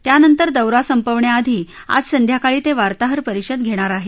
त्यानंतर दौरा संपवण्याआधी आज संध्याकाळी ते वार्ताहर परिषद घेणार आहेत